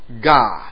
God